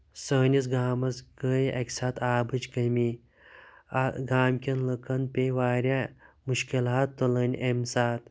سٲنِس گامَس گٔے اکہِ ساتہٕ آبٕچ کٔمی گام کٮ۪ن لُکَن پیٚیہِ وارِیاہ مُشکِلات تُلٕنۍ امہِ ساتہٕ